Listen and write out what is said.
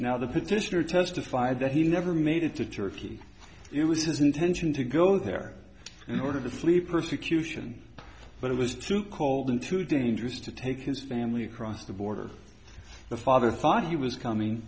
now the petitioner testified that he never made it to turkey it was his intention to go there in order to sleep persecution but it was too cold and too dangerous to take his family across the border the father thought he was coming